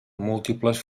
múltiples